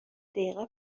دقیقه